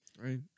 right